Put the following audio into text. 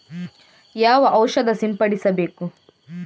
ಯಾವ ಔಷಧ ಸಿಂಪಡಿಸಬೇಕು?